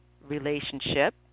relationship